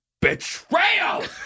Betrayal